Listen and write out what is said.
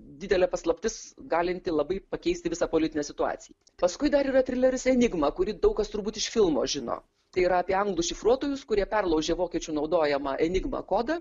didelė paslaptis galinti labai pakeisti visą politinę situaciją paskui dar yra trileris enigma kurį daug kas turbūt iš filmo žino tai yra apie anglų šifruotojus kurie perlaužia vokiečių naudojamą enigma kodą